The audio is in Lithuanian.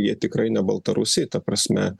jie tikrai ne baltarusiai ta prasme